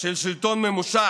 של שלטון ממושך,